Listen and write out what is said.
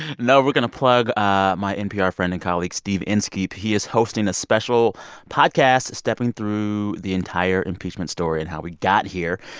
no, we're going to plug ah my npr friend and colleague steve inskeep. he is hosting a special podcast stepping through the entire impeachment story and how we got here.